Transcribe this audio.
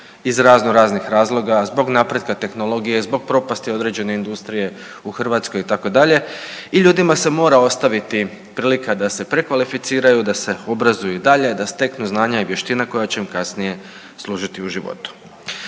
iz razno raznih razloga, zbog napretka tehnologije, zbog propasti određene industrije u Hrvatskoj itd. i ljudima se mora ostaviti prilika da se prekvalificiraju da se obrazuju i dalje, da steknu znanja i vještine koja će im kasnije služiti u životu.